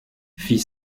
fit